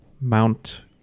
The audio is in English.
Mount